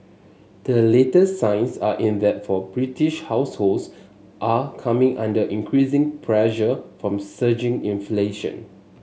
the latest signs are in that British households are coming under increasing pressure from surging inflation